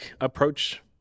approach